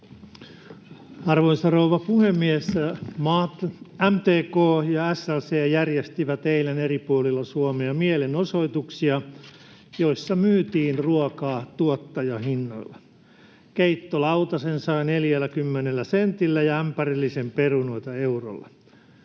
Arvoisa rouva puhemies! MTK ja SLC järjestivät eilen eri puolilla Suomea mielenosoituksia, joissa myytiin ruokaa tuottajahinnoilla. Keittolautasen sai 40 sentillä ja ämpärillisen perunoita eurolla.